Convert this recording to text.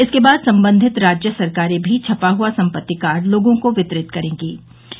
इसके बाद संबंधित राज्य सरकारें भी छपा हुआ संपत्ति कार्ड लोगों को वितरित करेंगीं